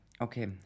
okay